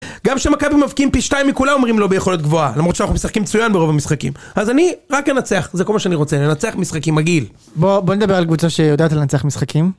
גם כשמכבי מבקיעים פי 2 מכולם אומרים לא ביכולת גבוהה למרות שאנחנו משחקים מצויין ברוב המשחקים אז אני רק אנצח זה כל מה שאני רוצה לנצח משחקים מגעיל. בוא בוא נדבר על קבוצה שיודעת לנצח משחקים.